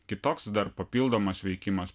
kitoks dar papildomas veikimas